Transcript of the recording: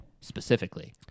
specifically